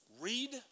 read